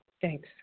Thanks